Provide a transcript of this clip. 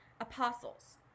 Apostles